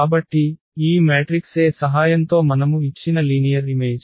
కాబట్టి ఈ matrix A సహాయంతో మనము ఇచ్చిన లీనియర్ ఇమేజ్